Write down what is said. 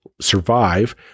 survive